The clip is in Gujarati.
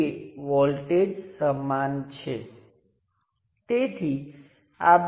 તેથી ફક્ત આ બે ટર્મિનલ્સ પર જે કઈ નથી પરતું આ બે ટર્મિનલ્સ પરનો વોલ્ટેજ અને આ ટર્મિનલ્સમાંથી વહેતો કરંટ ધરાવે છે